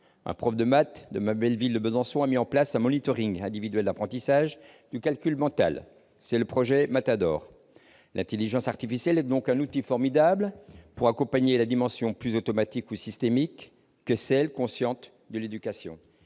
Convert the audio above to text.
Un professeur de mathématiques de ma belle ville de Besançon a mis en place un individuel d'apprentissage du calcul mental, le projet Mathador. L'intelligence artificielle est donc un outil formidable pour accompagner la dimension plus automatique ou systémique que celle, consciente, de l'éducation.